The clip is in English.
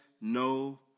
no